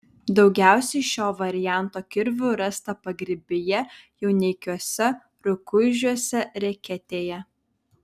daugiausiai šio varianto kirvių rasta pagrybyje jauneikiuose rukuižiuose reketėje